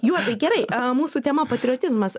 juozai gerai o mūsų tema patriotizmas